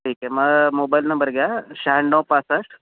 ठीक आहे मग मोबाईल नंबर घ्या शहाण्णव पासष्ट